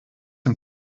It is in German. dem